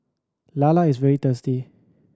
lala is very tasty